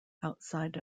outside